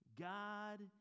God